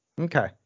Okay